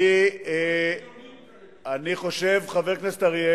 היו ימים כאלה.